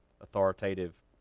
authoritative